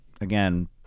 again